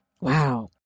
Wow